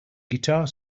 guitar